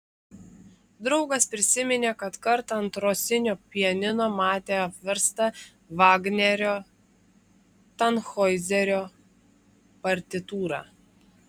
draugas prisiminė kad kartą ant rosinio pianino matė apverstą vagnerio tanhoizerio partitūrą